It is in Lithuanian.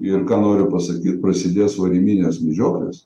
ir ką noriu pasakyt prasidės variminės medžioklės